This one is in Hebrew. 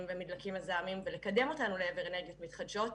ודלקים מזהמים ולקדם אותנו לעבר אנרגיות מתחדשות,